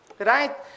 right